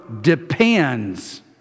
depends